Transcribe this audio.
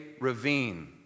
ravine